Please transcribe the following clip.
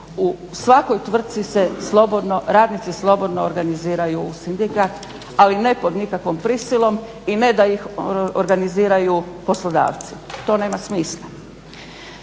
u svakoj tvrtci se slobodno, radnici slobodno organiziraju sindikat, ali ne pod nikakvom prisilom i ne da ih organiziraju poslodavci. To nema smisla.